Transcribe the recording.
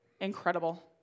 incredible